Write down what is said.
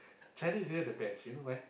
Chinese New Year the best you know why